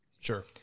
Sure